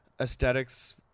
aesthetics